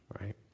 right